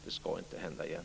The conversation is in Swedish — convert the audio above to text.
Det ska inte hända igen.